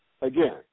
again